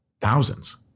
thousands